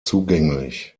zugänglich